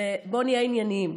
בוא נהיה עניינים.